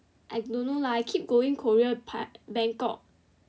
I don't know lah I keep going Korea Bangkok